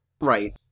Right